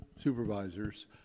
Supervisors